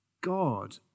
God